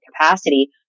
capacity